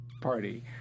party